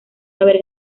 haber